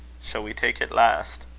shall we take it last?